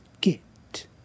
get